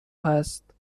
هست